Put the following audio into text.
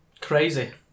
Crazy